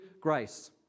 grace